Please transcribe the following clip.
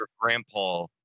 grandpa